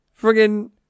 friggin